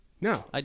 No